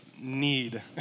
need